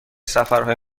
سفرهای